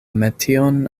metion